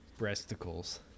breasticles